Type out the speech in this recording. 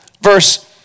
verse